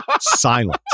silence